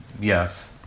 Yes